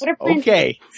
Okay